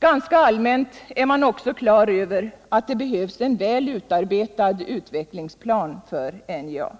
Ganska allmänt är man också klar över att det behövs en väl utarbetad utvecklingsplan för NJA.